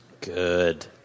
Good